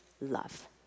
love